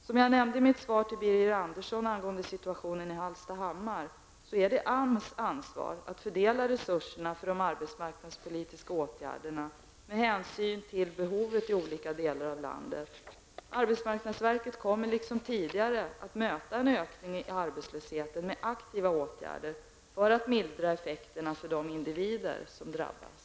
Som jag nämnde i mitt svar till Birger Andersson angående situationen i Hallstahammar är det AMS ansvar att fördela resurserna för de arbetsmarknadspolitiska åtgärderna med hänsyn till behovet i olika delar av landet. Arbetsmarknadsverket kommer liksom tidigare att möta en ökning av arbetslösheten med aktiva åtgärder för att mildra effekterna för de individer som drabbas.